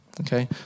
Okay